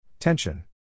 Tension